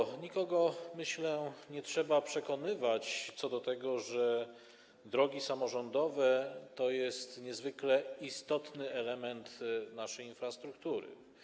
Myślę, że nikogo, nie trzeba przekonywać do tego, że drogi samorządowe to jest niezwykle istotny element naszej infrastruktury.